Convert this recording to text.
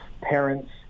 parents